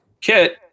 kit